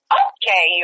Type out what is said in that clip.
okay